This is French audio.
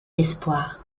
d’espoir